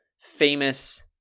famous